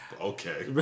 Okay